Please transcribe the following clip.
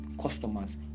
customers